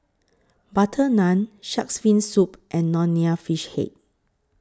Butter Naan Shark's Fin Soup and Nonya Fish Head